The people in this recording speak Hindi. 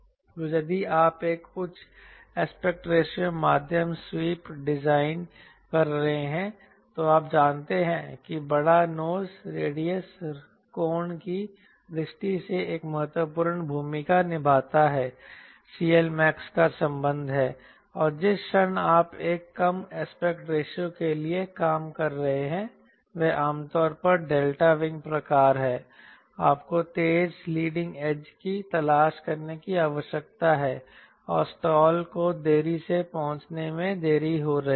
तो यदि आप एक उच्च एस्पेक्ट रेशियो मध्यम स्वीप डिज़ाइन कर रहे हैं तो आप जानते हैं कि बड़ा नोस रेडियस कोण की दृष्टि से एक महत्वपूर्ण भूमिका निभाता है CLmax का संबंध है और जिस क्षण आप एक कम एस्पेक्ट रेशियो के लिए काम कर रहे हैं वह आमतौर पर एक डेल्टा विंग प्रकार है आपको तेज लीडिंग एज की तलाश करने की आवश्यकता है और स्टाल को देरी से पहुंचने में देरी हो रही है